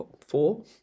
four